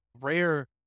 rare